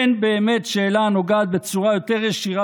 אין באמת שאלה הנוגעת בצורה יותר ישירה